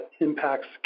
impacts